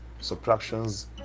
subtractions